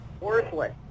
worthless